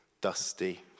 dusty